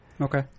okay